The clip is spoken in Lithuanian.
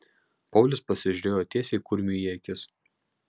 paulius pasižiūrėjo tiesiai kurmiui į akis